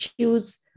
choose